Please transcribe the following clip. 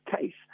case